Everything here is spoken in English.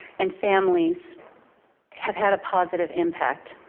and families have had a positive impact.